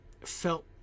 felt